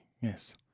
yes